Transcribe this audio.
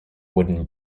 wooden